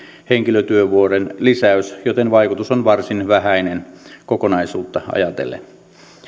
henkilötyövuoden lisäys joten vaikutus on varsin vähäinen kokonaisuutta ajatellen